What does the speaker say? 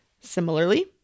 Similarly